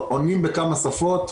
עונים בכמה שפות,